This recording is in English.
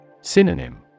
Synonym